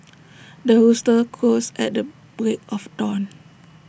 the rooster crows at the break of dawn